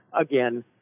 again